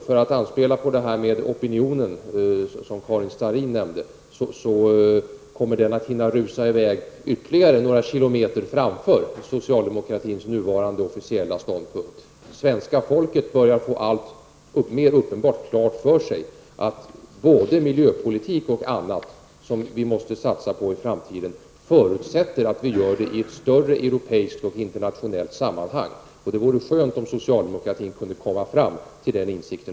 För att anspela på opinionen som Karin Starrin nämnde, kan man säga att den annars kommer att hinna rusa i väg ytterligare några kilometer framför socialdemokratins nuvarande officiella ståndpunkt. Svenska folket börjar få allt klarare för sig att både miljöpolitik och annat som vi måste satsa på i framtiden förutsätter att vi gör det i ett större europeiskt och internationellt sammanhang. Det vore skönt om även socialdemokratin kunde komma till den insikten.